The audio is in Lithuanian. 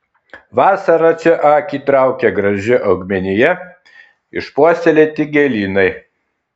vasarą čia akį traukia graži augmenija išpuoselėti gėlynai